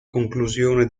conclusione